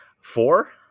Four